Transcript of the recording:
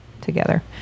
together